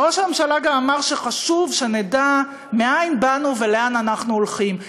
וראש הממשלה גם אמר שחשוב שנדע מאין באנו ולאן אנחנו הולכים,